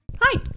Hi